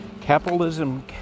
Capitalism